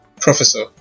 Professor